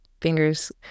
fingers